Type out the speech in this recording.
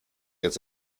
jetzt